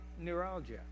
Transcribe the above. neuralgia